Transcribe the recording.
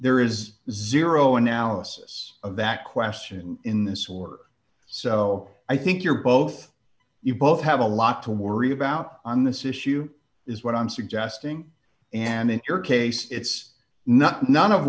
there is zero analysis of that question in this war so i think you're both you both have a lot to worry about on this issue is what i'm suggesting and in your case it's not none of